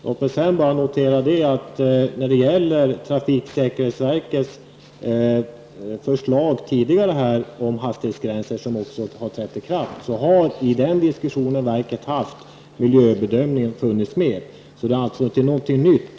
Låt mig sedan framhålla att beträffande trafiksäkerhetsverkets tidigare förslag om hastighetsgränser, bestämmelser som också har trätt i kraft, har miljöbedömningen funnits med. Det är alltså inte någonting nytt.